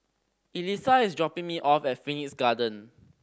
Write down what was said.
Elissa is dropping me off at Phoenix Garden